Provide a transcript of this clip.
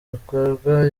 ibikorwa